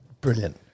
Brilliant